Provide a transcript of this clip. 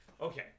Okay